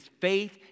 faith